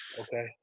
Okay